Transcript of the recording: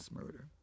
murder